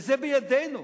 וזה בידינו: